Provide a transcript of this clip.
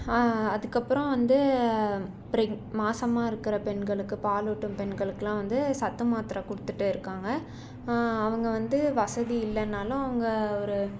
அதுக்கப்புறம் வந்து ப்ரெக் மாசமாக இருக்கிற பெண்களுக்கு பாலூட்டும் பெண்களுக்குலாம் வந்து சத்துமாத்தரை கொடுத்துட்டு இருக்காங்க அவங்க வந்து வசதி இல்லைனாலும் அவங்க ஒரு